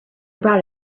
brought